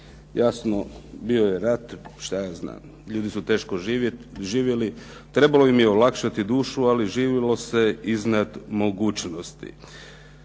Jasno bio je rat, što ja znam, ljudi su teško živjeli, trebalo im je olakšati dušu, ali živjelo se iznad mogućnosti.